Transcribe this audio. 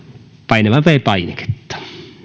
painamaan viides painiketta